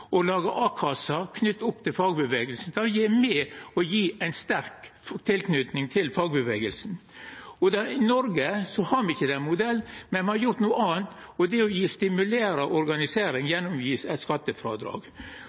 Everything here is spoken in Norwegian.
og laga a-kasse knytt opp til fagbevegelsen. Det er med på å gje ei sterk tilknyting til fagbevegelsen. I Noreg har me ikkje den modellen, men me har gjort noko anna, og det er å stimulera til organisering gjennom at det vert gjeve eit skattefrådrag.